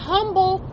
Humble